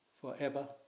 forever